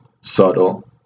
subtle